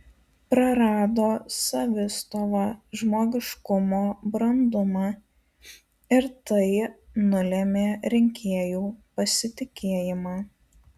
prarado savistovą žmogiškumo brandumą ir tai nulėmė rinkėjų pasitikėjimą